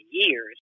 years